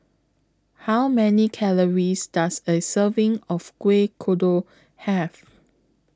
How Many Calories Does A Serving of Kuih Kodok Have